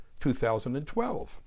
2012